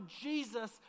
Jesus